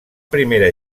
primera